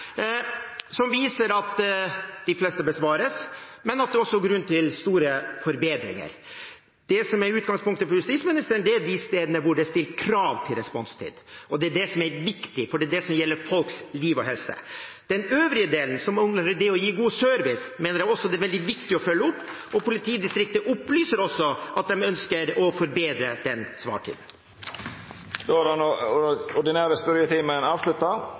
som viser at de fleste besvares, men at det også er grunn til store forbedringer. Det som er utgangspunktet for justisministeren, er de stedene hvor det er stilt krav til responstid. Det er det som er viktig, for det er det som gjelder folks liv og helse. Den øvrige delen, som omhandler det å gi god service, mener jeg også det er veldig viktig å følge opp, og politidistriktet opplyser også at de ønsker å forbedre den svartiden. Då er den ordinære spørjetimen avslutta.